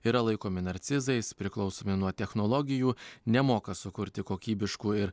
yra laikomi narcizais priklausomi nuo technologijų nemoka sukurti kokybiškų ir